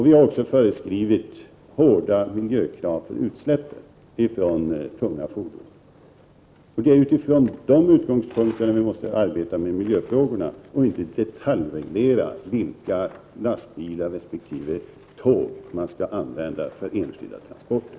Vi har också ställt hårda miljökrav när det gäller utsläppen från tunga fordon. Det är från denna utgångspunkt vi måste arbeta med miljöfrågorna och inte detaljreglera vilka lastbilar resp. tåg som skall användas för enskilda transporter.